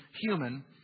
human